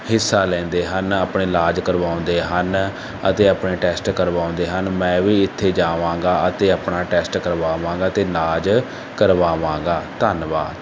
ਹਿੱਸਾ ਲੈਂਦੇ ਹਨ ਆਪਣੇ ਇਲਾਜ ਕਰਵਾਉਂਦੇ ਹਨ ਅਤੇ ਆਪਣੇ ਟੈਸਟ ਕਰਵਾਉਂਦੇ ਹਨ ਮੈਂ ਵੀ ਇੱਥੇ ਜਾਵਾਂਗਾ ਅਤੇ ਆਪਣਾ ਟੈਸਟ ਕਰਵਾਵਾਂਗਾ ਅਤੇ ਇਲਾਜ ਕਰਵਾਵਾਂਗਾ ਧੰਨਵਾਦ